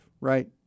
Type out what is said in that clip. right